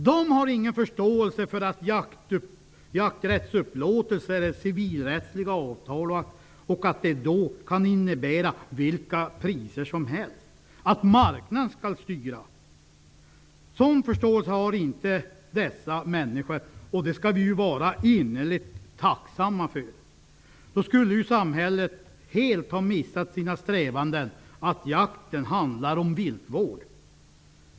De har ingen förståelse för att jakträttsupplåtelser är civilrättsliga avtal och att det då kan innebära vilka priser som helst, att marknaden skall styra. Förståelse för sådant har inte dessa människor, och det skall vi vara innerligt tacksamma för. Annars skulle samhället helt ha misslyckats i sina strävanden att jakten skall handla om viltvård.